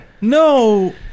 No